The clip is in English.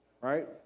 right